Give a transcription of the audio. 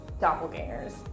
doppelgangers